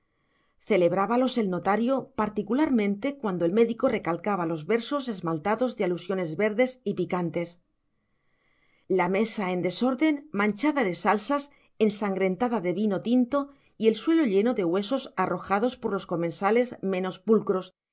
belenes celebrábalos el notario particularmente cuando el médico recalcaba los versos esmaltados de alusiones verdes y picantes la mesa en desorden manchada de salsas ensangrentada de vino tinto y el suelo lleno de huesos arrojados por los comensales menos pulcros